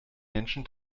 menschen